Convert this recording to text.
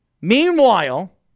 Meanwhile